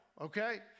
okay